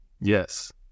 Yes